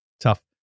tough